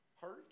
Hurt